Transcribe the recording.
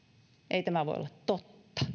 ei tämä voi olla totta